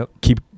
Keep